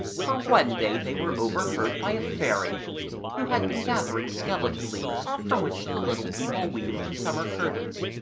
for one day they were overheard by a fairy who had been gathering skeleton leaves, from which the little people weave their summer curtains,